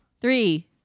Three